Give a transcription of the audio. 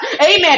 amen